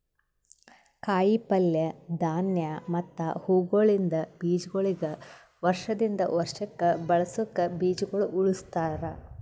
ಕಾಯಿ ಪಲ್ಯ, ಧಾನ್ಯ ಮತ್ತ ಹೂವುಗೊಳಿಂದ್ ಬೀಜಗೊಳಿಗ್ ವರ್ಷ ದಿಂದ್ ವರ್ಷಕ್ ಬಳಸುಕ್ ಬೀಜಗೊಳ್ ಉಳುಸ್ತಾರ್